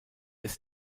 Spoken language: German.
ist